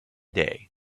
day